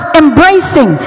embracing